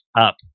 up